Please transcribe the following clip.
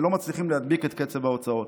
ולא מצליחים להדביק את קצב ההוצאות.